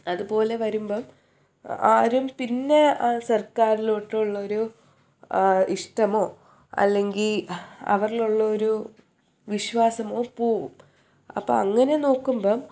അതുപോലെ വരുമ്പം ആരും പിന്നെ ആ സർക്കാരിലോട്ടുള്ളൊരു ഇഷ്ടമോ അല്ലെങ്കിൽ അവരിലുള്ളൊരു വിശ്വാസമോ പോവും അപ്പം അങ്ങനെ നോക്കുമ്പം